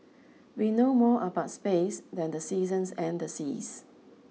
we know more about space than the seasons and the seas